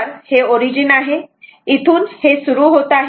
तर हे ओरिजीन आहे इथून हे सुरू होत आहे